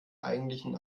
eigentlichen